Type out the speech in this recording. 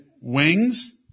wings